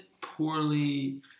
poorly